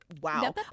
Wow